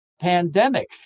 pandemic